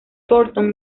thornton